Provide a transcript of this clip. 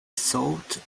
thought